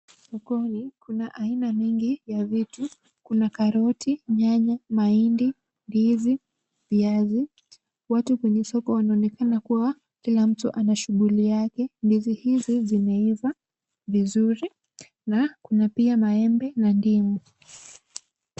Sokoni kuna aina mingi ya vitu. Kuna karoti, nyanya, mahindi, ndizi, viazi. Watu kwenye soko wanaonekana kuwa kila mtu ana shughuli yake. Ndizi hizi zimeiva vizuri na kuna pia maembe na ndimu.